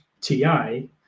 TI